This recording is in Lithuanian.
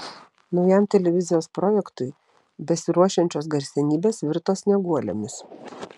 naujam televizijos projektui besiruošiančios garsenybės virto snieguolėmis